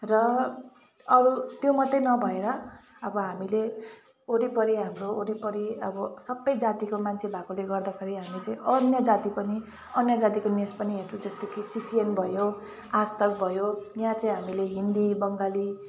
र अरू त्यो मात्रै नभएर अब हामीले वरिपरि हाम्रो वरिपरि अब सबै जातिको मान्छे भएकोले गर्दाखेरि हामीले चाहिँ अन्य जाति पनि अन्य जातिको नि न्युज पनि हेर्छु जस्तो कि सिसिएन भयो आजतक भयो यहाँ चाहिँ हामीले हिन्दी बङ्गाली